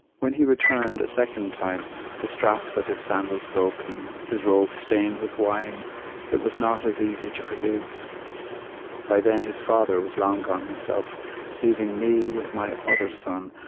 when he returned a second time the straps of his sandals broken his robe stained with wine it was not as easy to forgive by then his father was long gone himself leaving me with my other son,